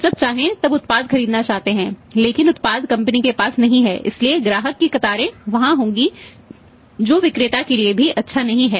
लोग जब चाहें तब उत्पाद खरीदना चाहते हैं लेकिन उत्पाद कंपनी के पास नहीं है इसलिए ग्राहक की कतारें वहां होंगी जो विक्रेता के लिए भी अच्छा नहीं है